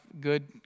good